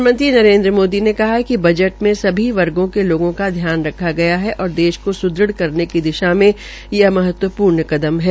प्रधानमंत्री नरेन्द्र मोदी ने कहा है कि बजट में सभी वर्गो के लोगों का ध्यान रखा गया है और देश को स्दृढ़ करने की की दिशा मे यह कदम महत्वपूर्ण कदम है